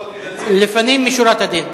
לפנים משורת הדין.